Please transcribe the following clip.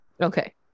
Okay